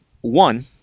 One